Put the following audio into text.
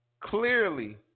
clearly